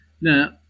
Now